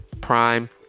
prime